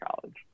college